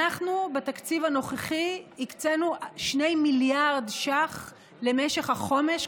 בתקציב הנוכחי הקצינו 2 מיליארד ש"ח למשך החומש,